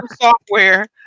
software